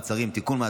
מעצרים) (תיקון,